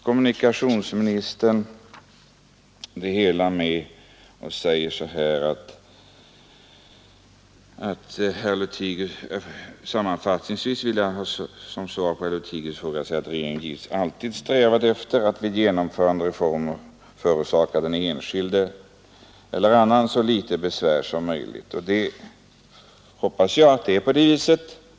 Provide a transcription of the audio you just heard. Kommunikationsministern säger i sista stycket i sitt svar: ”Sammanfattningsvis vill jag som svar på herr Lothigius” fråga säga, att regeringen givetvis alltid strävar efter att vid genomförandet av reformer förorsaka den enskilde eller annan så litet besvär som möjligt.” Jag hoppas att det förhåller sig så.